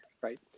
right